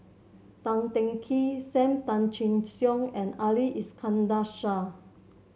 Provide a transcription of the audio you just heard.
Tan Teng Kee Sam Tan Chin Siong and Ali Iskandar Shah